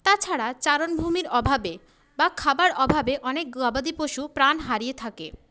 তাছাড়া চারণ ভূমির অভাবে বা খাবার অভাবে অনেক গবাদি পশু প্রাণ হারিয়ে থাকে